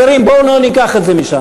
חברים, בואו לא ניקח את זה משם.